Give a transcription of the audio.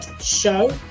show